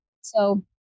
So-